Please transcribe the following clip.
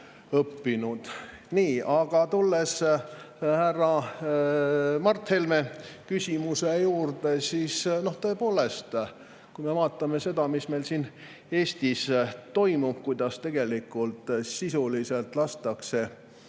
õppinud. Nii, aga tulles härra Mart Helme küsimuse juurde, siis tõepoolest, me [näeme] seda, mis meil siin Eestis toimub, kuidas sisuliselt lastakse